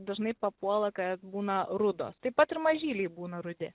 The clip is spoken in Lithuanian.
dažnai papuola kad būna rudos taip pat ir mažyliai būna rudi